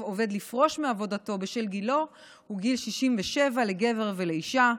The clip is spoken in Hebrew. עובד לפרוש מעבודתו בשל גילו הוא גיל 67 לגבר ולאישה.